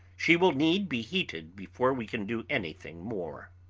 she will need be heated before we can do anything more.